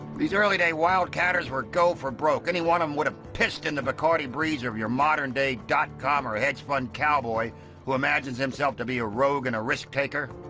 these early day wildcatters were go-for-broke. any one of them would have pissed in the bacardi breezer of your modern-day dotcom or hedge-fund cowboy who imagines himself to be a rogue and a risk-taker.